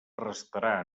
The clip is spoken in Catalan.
restarà